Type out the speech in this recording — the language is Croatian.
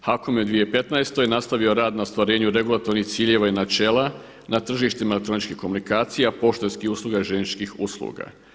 HAKOM je u 2015. nastavio rad na ostvarenju regulatornih ciljeva i načela na tržištima elektroničkih komunikacija, poštanskih usluga i željezničkih usluga.